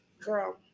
Girl